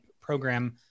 program